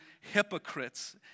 hypocrites